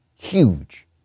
huge